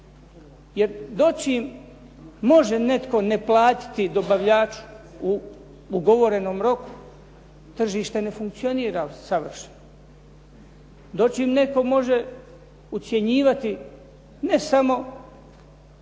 Jer dočim može netko ne platiti dobavljaču u ugovorenom roku, tržište ne funkcionira savršeno. Dočim netko može ucjenjivati ne samo